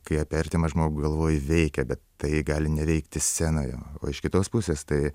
kai apie artimą žmogų galvoji veikia bet tai gali neveikti scenoje o iš kitos pusės tai